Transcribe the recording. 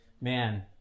Man